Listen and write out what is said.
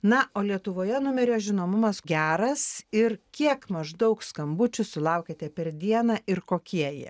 na o lietuvoje numerio žinomumas geras ir kiek maždaug skambučių sulaukiate per dieną ir kokie jie